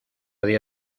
día